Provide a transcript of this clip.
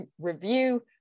review